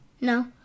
No